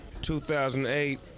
2008